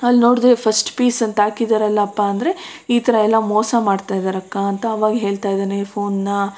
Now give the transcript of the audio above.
ಅಲ್ನೋಡಿದೆ first piece ಅಂತ ಹಾಕಿದ್ದಾರಲ್ಲಪ್ಪ ಅಂದರೆ ಈ ಥರ ಎಲ್ಲ ಮೋಸ ಮಾಡ್ತಾಯಿದ್ದಾರಕ್ಕ ಅಂತ ಅವಾಗ ಹೇಳ್ತಾಯಿದ್ದಾನೆ ಫೋನ್ನ